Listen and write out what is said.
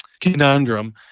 conundrum